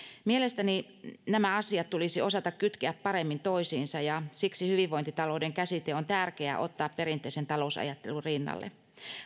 mielestäni nämä asiat tulisi osata kytkeä paremmin toisiinsa ja siksi hyvinvointitalouden käsite on tärkeä ottaa perinteisen talousajattelun rinnalle